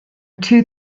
two